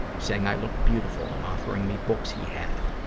saying i looked beautiful and offering me books he had.